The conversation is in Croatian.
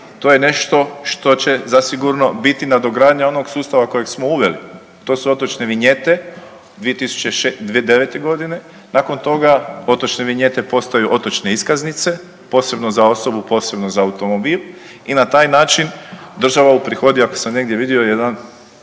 to je nešto što će zasigurno biti nadogradnja onog sustava kojeg smo uveli, to su otočne vinjete 2009. godine, nakon toga otočne vinjete postaju otočne iskaznice, posebno za osobu, posebno za automobil i na taj način država uprihodi ako sam negdje vidio jedan